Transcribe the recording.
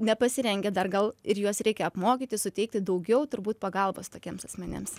nepasirengę dar gal ir juos reikia apmokyti suteikti daugiau turbūt pagalbos tokiems asmenims